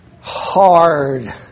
hard